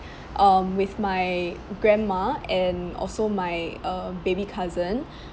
um with my grandma and also my uh baby cousin